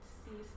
see